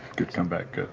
good comeback, good.